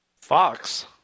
Fox